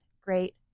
great